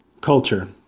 culture